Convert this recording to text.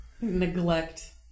Neglect